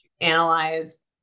analyze